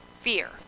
fear